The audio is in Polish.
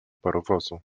parowozu